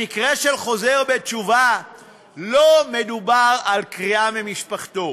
במקרה של חוזר בתשובה לא מדובר על קריעה ממשפחתו,